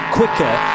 quicker